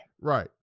Right